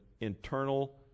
internal